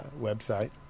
website